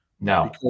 No